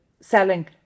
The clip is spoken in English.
selling